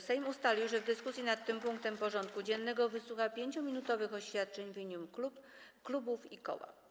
Sejm ustalił, że w dyskusji nad tym punktem porządku dziennego wysłucha 5-minutowych oświadczeń w imieniu klubów i koła.